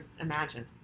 imagine